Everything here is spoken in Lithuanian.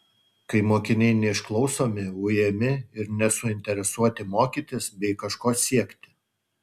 kai mokiniai neišklausomi ujami ir nesuinteresuoti mokytis bei kažko siekti